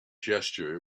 gesture